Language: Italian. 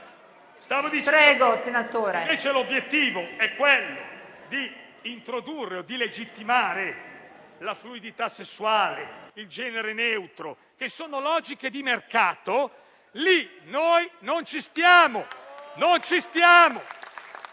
se, invece, l'obiettivo è introdurre o legittimare la fluidità sessuale e il genere neutro, che sono logiche di mercato, lì noi non ci stiamo!